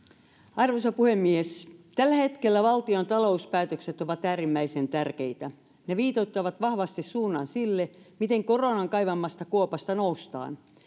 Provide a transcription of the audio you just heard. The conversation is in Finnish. arvoisa puhemies tällä hetkellä valtion talouspäätökset ovat äärimmäisen tärkeitä ne viitoittavat vahvasti suunnan sille miten koronan kaivamasta kuopasta noustaan